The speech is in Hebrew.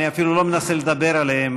אני אפילו לא מנסה לדבר עליהם,